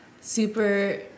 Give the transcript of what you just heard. super